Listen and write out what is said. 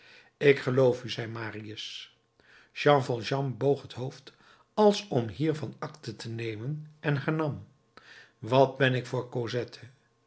ik geloof u zei marius jean valjean boog het hoofd als om hiervan acte te nemen en hernam wat ben ik voor cosette